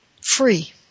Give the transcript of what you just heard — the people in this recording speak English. free